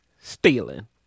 Stealing